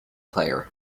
player